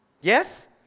Yes